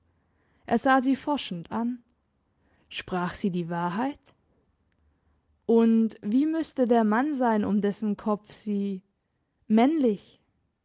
er sah sie forschend an sprach sie die wahrheit und wie müsste der mann sein um dessen kopf sie männlich